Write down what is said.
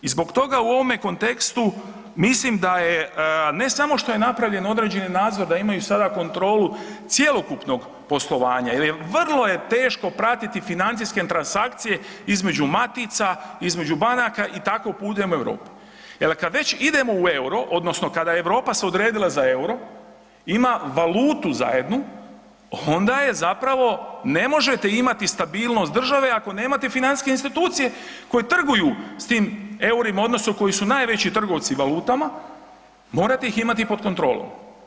I zbog toga u ovome kontekstu mislim da je ne samo što je napravljen određeni nadzor da imaju sada kontrolu cjelokupnog poslovanja jel vrlo je teško pratiti financijske transakcije između matica, između banaka i tako … jel kada već idemo u euro odnosno kada se Europa odredila za euro ima valutu zajedno onda zapravo ne možete imati stabilnost države ako nemate financijske institucije koje trguju s tim eurima odnosno koji su najveći trgovci valutama, morate ih imati pod kontrolom.